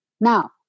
Now